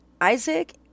Isaac